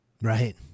Right